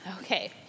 Okay